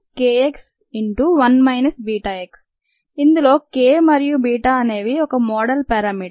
rxkx1 βx ఇందులో k మరియు beta అనేవి ఒక మోడల్ పేరామీటర్